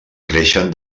creixen